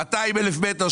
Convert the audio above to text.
200,000 מטרים,